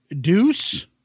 Deuce